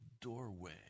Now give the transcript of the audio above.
doorway